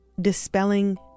dispelling